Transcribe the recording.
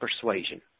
persuasion